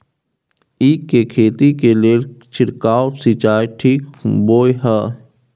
ईख के खेती के लेल छिरकाव सिंचाई ठीक बोय ह?